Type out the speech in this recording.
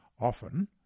Often